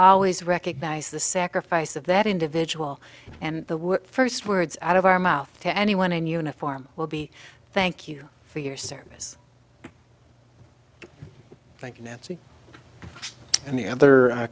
always recognize the sacrifice of that individual and the first words out of our mouth to anyone in uniform will be thank you for your service thank you nancy and the